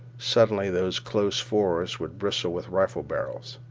suddenly those close forests would bristle with rifle barrels.